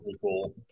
cool